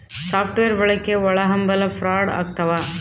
soft wear ಬಳಕೆ ಒಳಹಂಭಲ fraud ಆಗ್ತವ